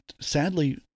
sadly